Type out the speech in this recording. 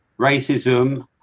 racism